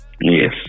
Yes